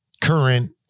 current